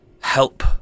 help